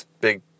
Big